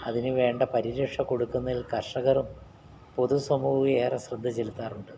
അതിനു വേണ്ട പരിരക്ഷ കൊടുക്കുന്നെങ്കിൽ കർഷകരും പൊതുസമൂഹവും ഏറെ ശ്രദ്ധ ചെലുത്താറുണ്ട്